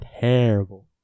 Terrible